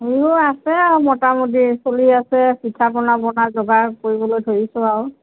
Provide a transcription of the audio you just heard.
মোৰো আছে আৰু মোটামুটি চলি আছে পিঠা পনা বনাই যোগাৰ কৰিবলৈ ধৰিছোঁ আৰু